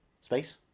Space